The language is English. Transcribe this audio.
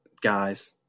guys